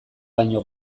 baino